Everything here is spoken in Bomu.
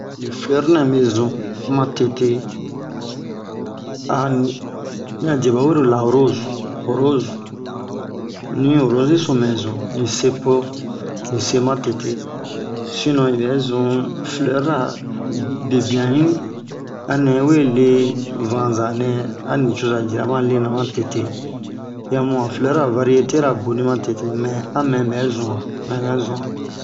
Ni fulɛru nɛ me zun a matete ani ni a diyɛ ɓa wero la-roze roze ni rose-so mɛ zun ni sepo ni se matete sinon in ɓɛzun fulɛrura bebiyan hinni a nɛ we le vanza nɛ a nucoza jira ma lena matete yi a mu han fulɛrura variyete matete mɛ a mɛɓɛ zun han ɓa famu famu wɛ